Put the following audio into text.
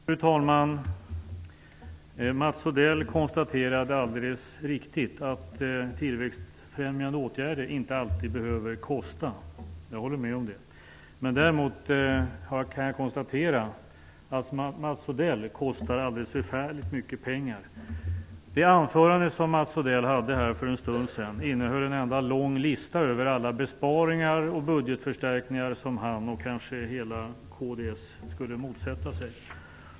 Fru talman! Mats Odell konstaterade alldeles riktigt att tillväxtfrämjande åtgärder inte alltid behöver kosta. Jag håller med om det. Däremot kan jag konstatera att Mats Odell kostar alldeles förfärligt mycket pengar. Det anförande Mats Odell höll för en stund sedan innehöll en lång lista över alla de besparingar och budgetförstärkningar som han och kanske hela kds skulle motsätta sig.